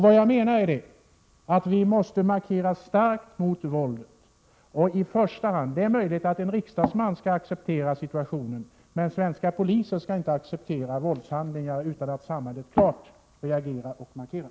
Vad jag menar är att vi måste markera starkt mot våldet. Det är möjligt att riksdagsmän får acceptera situationen, men svenska poliser skall inte acceptera våldshandlingar utan att samhället klart reagerar och markerar.